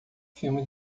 filme